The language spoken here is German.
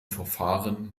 verfahren